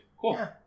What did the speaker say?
Cool